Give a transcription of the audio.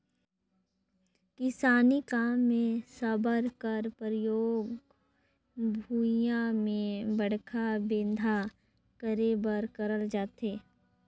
किसानी काम मे साबर कर परियोग भुईया मे बड़खा बेंधा करे बर करल जाथे